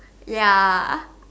ya